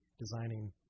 designing